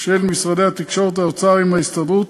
של משרדי התקשורת והאוצר עם ההסתדרות,